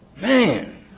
Man